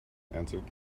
answered